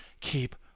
keep